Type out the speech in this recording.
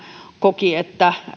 koki että